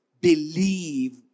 believe